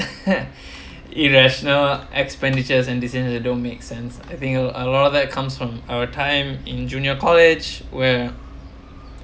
irrational expenditures and decisions that don't make sense I think a a lot of that comes from our time in junior college where